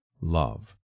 love